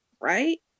right